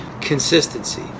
Consistency